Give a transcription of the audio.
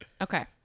okay